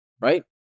right